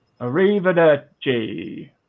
arrivederci